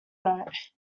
note